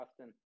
Austin